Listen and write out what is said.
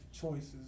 choices